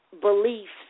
beliefs